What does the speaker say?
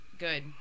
Good